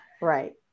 Right